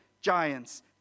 giants